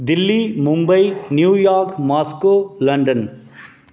Delhi Mumbai New York Moscow London